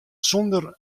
sûnder